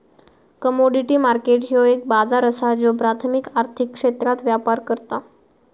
commodity market ह्यो एक बाजार असा ज्यो प्राथमिक आर्थिक क्षेत्रात व्यापार करता